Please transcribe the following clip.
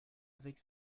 avec